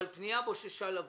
אבל פנייה בוששה לבוא.